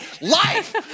life